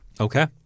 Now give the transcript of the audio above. Okay